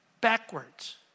backwards